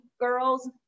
girls